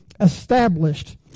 established